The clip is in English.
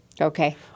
Okay